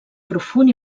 profund